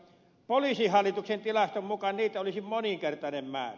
poliisihallituksen tilaston mukaan niitä olisi moninkertainen määrä